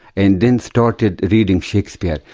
and then started reading shakespeare,